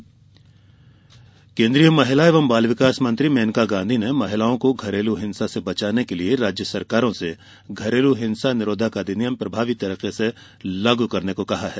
मेनका गांधी केन्द्रीय महिला एवं बाल विकास मंत्री मेनका गांधी ने महिलाओं को घरेलू हिंसा से बचाने के लिए राज्य सरकारों से घरेलू हिंसा निरोधक अधिनियम प्रभावी तरीके से लागू करने को कहा है